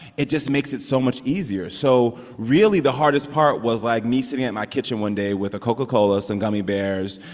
it just makes it so much easier. so, really, the hardest part was, like, me sitting in my kitchen one day with a coca-cola, some gummy bears,